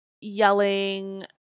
yelling